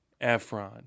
Efron